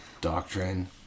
doctrine